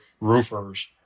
roofers